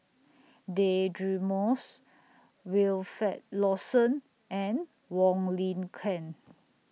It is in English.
Deirdre Moss Wilfed Lawson and Wong Lin Ken